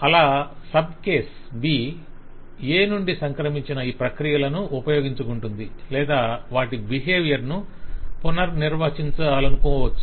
అలా sub case B A నుండి సంక్రమించిన ఈ ప్రక్రియలను ఉపయోగించుకుంటుంది లేదా వాటి బిహేవియర్ ను పునఃనిర్వచించాలనుకోవచ్చు